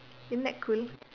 isn't that cool